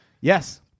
Yes